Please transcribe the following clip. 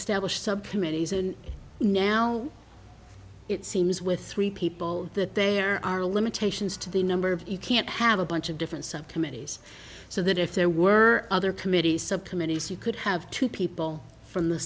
subcommittees and now it seems with three people that there are limitations to the number you can't have a bunch of different subcommittees so that if there were other committee subcommittees you could have two people from the